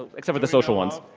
except for the social ones.